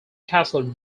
castle